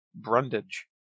brundage